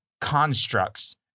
constructs